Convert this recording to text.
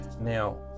Now